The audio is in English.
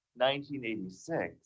1986